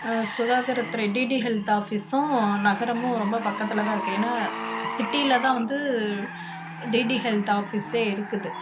சுகாதாரத்துறை DD health ஆஃபீஸ்ஸும் நகரமும் ரொம்ப பக்கத்தில் தான் இருக்குது ஏன்னால் சிட்டியில் தான் வந்து டிடி ஹெல்த் ஆஃபீஸ்ஸே இருக்குது